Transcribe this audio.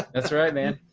that's right, man.